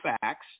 facts